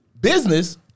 business